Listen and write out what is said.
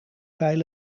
pijl